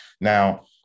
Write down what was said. now